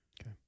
okay